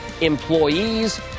employees